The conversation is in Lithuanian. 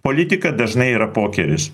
politika dažnai yra pokeris